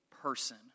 person